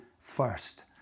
first